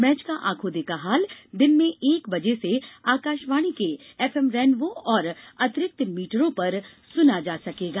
match का आंखों देखा हाल दिन में एक बजे से आकाशवाणी के एफएम रेनबो और अतिरिक्त मीटरों पर सुना जा सकेगा